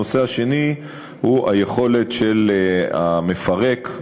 הנושא השני הוא היכולת של המפרק,